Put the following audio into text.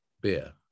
beer